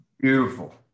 Beautiful